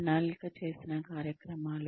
ప్రణాళిక చేసిన కార్యక్రమాలు